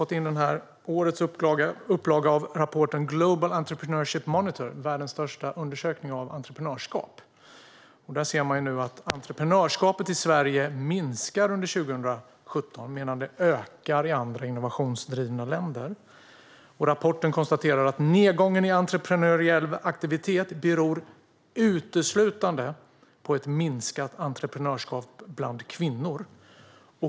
Årets upplaga av rapporten Global Entrepreneurship Monitor , världens största undersökning av entreprenörskap, har just kommit. Där ser man att entreprenörskapet i Sverige har minskat under 2017 medan det har ökat i andra innovationsdrivna länder. I rapporten konstateras att nedgången i entreprenöriell aktivitet uteslutande beror på en minskning i kvinnors entreprenörskap.